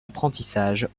apprentissage